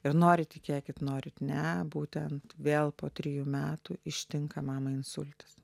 ir norit tikėkit norit ne būtent vėl po trijų metų ištinka mamą insultas